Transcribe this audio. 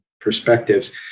perspectives